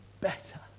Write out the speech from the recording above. Better